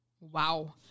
wow